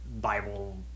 Bible